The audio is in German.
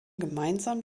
gemeinsam